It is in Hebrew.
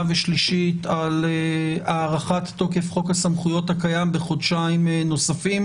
ושלישית על הארכת תוקף חוק הסמכויות הקיים בחודשיים נוספים,